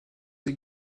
des